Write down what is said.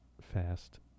Fast